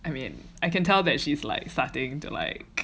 I mean I can tell that she's like starting to like